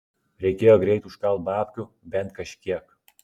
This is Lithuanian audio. reikėjo greit užkalt babkių bent kažkiek